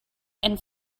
and